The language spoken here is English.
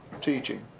teaching